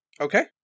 Okay